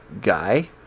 guy